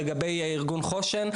לגבי ארגון חוש"ן,